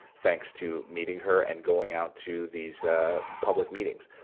thanks to meeting her and going out to these public meetings.